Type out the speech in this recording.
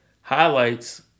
highlights